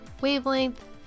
wavelength